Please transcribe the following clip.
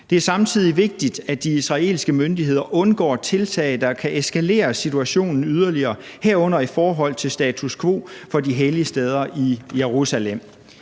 Det er samtidig vigtigt, at de israelske myndigheder undgår tiltag, der kan eskalere situationen yderligere, herunder i forhold til status quo for de hellige steder i Jerusalem.